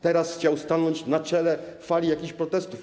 Teraz chciał stanąć na czele fali jakichś protestów.